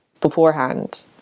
beforehand